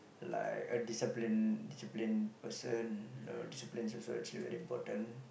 like a discipline discipline person you know discipline is also actually very important